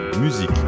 musique